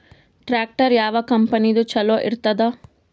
Tractor ಯಾವ ಕಂಪನಿದು ಚಲೋ ಇರತದ?